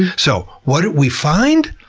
so what did we find?